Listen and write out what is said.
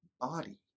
body